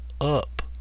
up